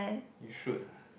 you should